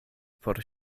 por